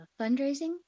fundraising